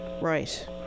Right